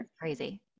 Crazy